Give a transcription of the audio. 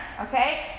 okay